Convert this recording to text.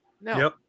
No